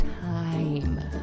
time